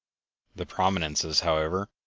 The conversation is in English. the prominences, however,